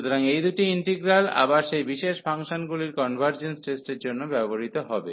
সুতরাং এই দুটি ইন্টিগ্রাল আবার সেই বিশেষ ফাংশনগুলির কনভার্জেন্স টেস্টের জন্য ব্যবহৃত হবে